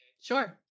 Sure